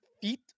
feet